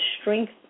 strength